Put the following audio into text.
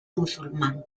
musulmán